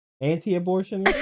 Anti-abortion